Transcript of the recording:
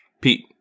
Pete